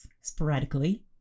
sporadically